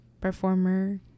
performer